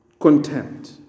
contempt